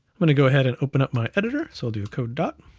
i'm gonna go ahead, and open up my editor. so i'll do code doc,